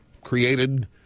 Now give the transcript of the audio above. created